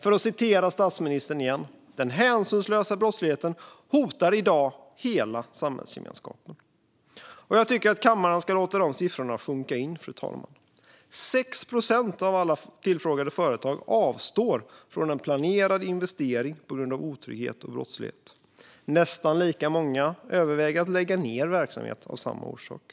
För att återigen använda statsministerns ord: Den hänsynslösa brottsligheten hotar i dag hela samhällsgemenskapen. Jag tycker att kammaren ska låta dessa siffror sjunka in, fru talman: 6 procent av alla tillfrågade företag avstår från en planerad investering på grund av otrygghet och brottslighet. Nästan lika många överväger att lägga ned verksamheten av samma orsak.